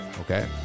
okay